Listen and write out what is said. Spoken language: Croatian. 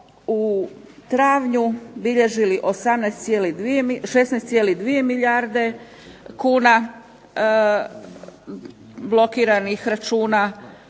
u travnju bilježili 16,2 milijarde kuna blokiranih računa.